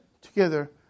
together